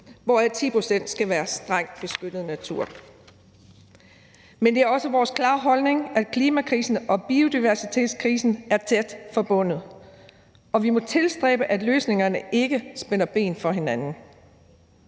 hvoraf 10 pct. skal være strengt beskyttet natur. Men det er også vores klare holdning, at klimakrisen og biodiversitetskrisen er tæt forbundet, og vi må tilstræbe, at løsningerne ikke spænder ben for hinanden.